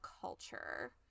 culture